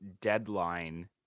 deadline